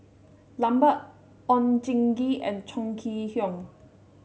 Lambert Oon Jin Gee and Chong Kee Hiong